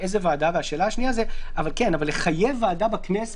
לעניין הבקשה מהוועדה לדון תוך חמישה ימים,